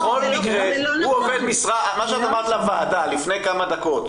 מה שאת אמרת לוועדה לפני כמה דקות,